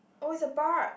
oh it's a bark